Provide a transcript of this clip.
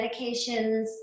medications